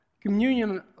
communion